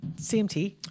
CMT